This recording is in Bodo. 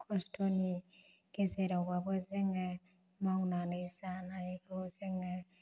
खस्थ'नि गेजेरावबाबो जोङो मावनानै जानायगौ जोङो